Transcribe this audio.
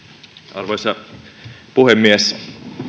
arvoisa puhemies